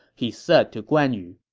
he said to guan yu,